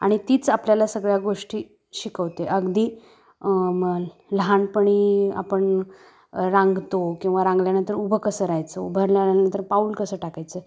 आणि तीच आपल्याला सगळ्या गोष्टी शिकवते अगदी मग लहानपणी आपण रांगतो किंवा रांगल्यानंतर उभं कसं राहायचं उभारल्यानंतर पाऊल कसं टाकायचं